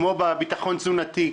כמו בביטחון התזונתי,